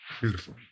beautiful